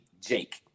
Jake